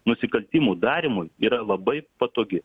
nusikaltimų darymui yra labai patogi